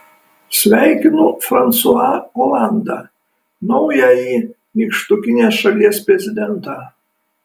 sveikinu fransua olandą naująjį nykštukinės šalies prezidentą